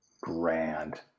Grand